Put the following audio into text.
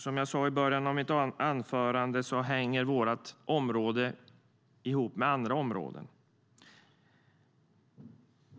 Som jag sa i början av mitt anförande hänger vårt område ihop med andra områden.